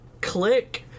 Click